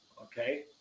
okay